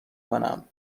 کنم